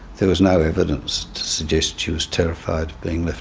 there was no evidence to suggest she was terrified of being left